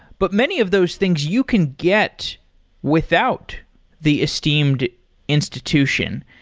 but many of those things you can get without the esteemed institution.